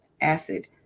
acid